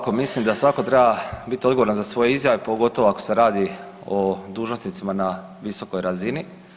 Evo ovako, mislim da svako treba biti odgovoran za svoje izjave pogotovo ako se radi o dužnosnicima na visokoj razini.